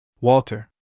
Walter